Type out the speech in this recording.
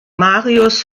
marius